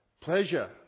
pleasure